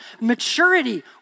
maturity